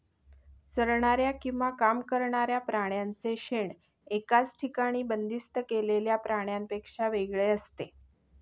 चरणाऱ्या किंवा काम करणाऱ्या प्राण्यांचे शेण एकाच ठिकाणी बंदिस्त केलेल्या प्राण्यांपेक्षा वेगळे असते